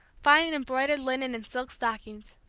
fine embroidered linen and silk stockings.